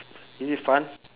is it fun